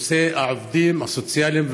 נושא העובדים הסוציאליים,